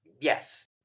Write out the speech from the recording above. Yes